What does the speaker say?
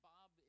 Bob